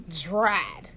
dried